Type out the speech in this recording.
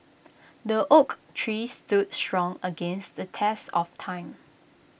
the oak tree stood strong against the test of time